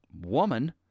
woman